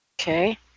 Okay